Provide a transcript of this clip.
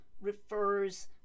refers